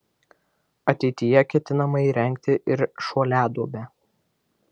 ateityje ketinama įrengti ir šuoliaduobę